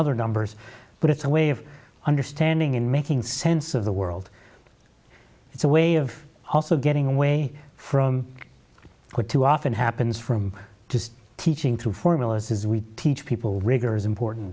other numbers but it's a way of understanding and making sense of the world it's a way of also getting away from that too often happens from just teaching through formulas as we teach people riggers important